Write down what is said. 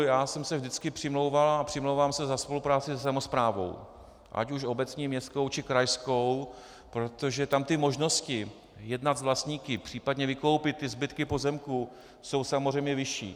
Já jsem se vždycky přimlouval a přimlouvám za spolupráci se samosprávou, ať už obecní, městskou, či krajskou, protože tam ty možnosti jednat s vlastníky, případně vykoupit ty zbytky pozemku, jsou samozřejmě vyšší.